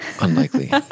Unlikely